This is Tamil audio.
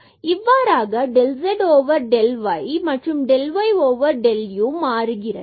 இவ்வாறாக del z over del y மற்றும் del y over del u மாறுகிறது